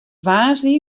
woansdei